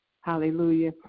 hallelujah